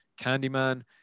Candyman